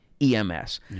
EMS